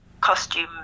costume